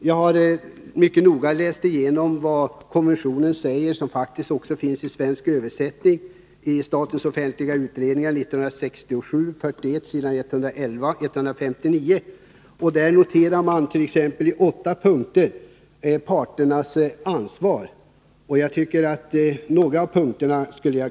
Jag har mycket noga läst igenom vad som sägs i konventionen. Den finns faktiskt i svensk översättning i SOU 1967:41 på s. 111-159. Där pekar man t.ex. i åtta punkter på parternas ansvar. Jag vill referera några av punkterna.